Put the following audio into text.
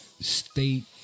state